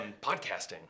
podcasting